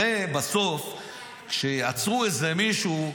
הרי בסוף כשעצרו איזה מישהו מקפלן,